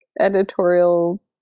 editorial